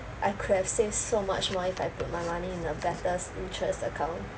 I could have saved so much more if I put my money in a better interest account